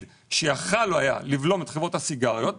שיכול היה לבלום את חברות הסיגריות,